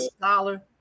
scholar